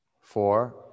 four